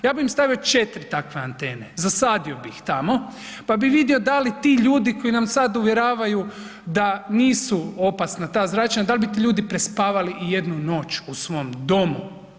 Ja bih im stavio 4 takve antene zasadio bi ih tamo pa bi vidio da li ti ljudi koji nas sada uvjeravaju da nisu opasna ta zračenja da li bi ti ljudi prespavali i jednu noć u svom domu.